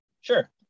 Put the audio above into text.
sure